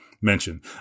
mention